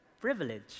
privilege